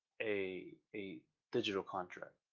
a a digital contract,